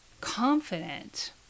confident